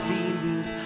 feelings